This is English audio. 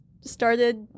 started